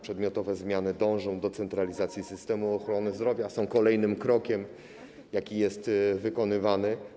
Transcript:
Przedmiotowe zmiany dążą do centralizacji systemu ochrony zdrowia, są kolejnym krokiem, jaki jest wykonywany.